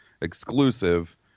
exclusive